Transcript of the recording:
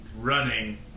running